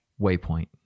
waypoint